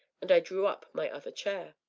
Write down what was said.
and i drew up my other chair.